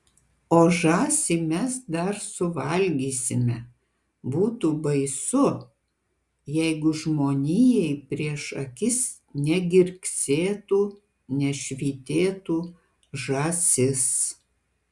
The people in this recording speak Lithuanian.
o žąsį mes dar suvalgysime būtų baisu jeigu žmonijai prieš akis negirgsėtų nešvytėtų žąsis